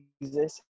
exist